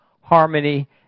harmony